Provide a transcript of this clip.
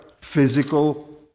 physical